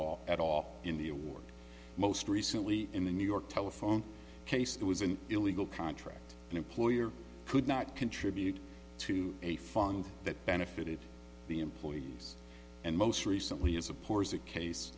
all at all in the award most recently in the new york telephone case it was an illegal contract an employer could not contribute to a fund that benefited the employees and most recently as a poor is the case